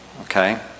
okay